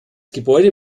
gebäude